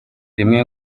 rimwe